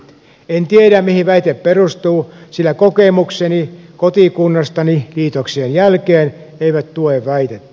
en tiedä mihin väite perustuu sillä kokemukseni kotikunnastani liitoksien jälkeen eivät tue väitettä